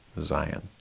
Zion